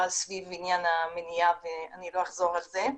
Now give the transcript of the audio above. סביב עניין המניעה ואני לא אחזור על זה.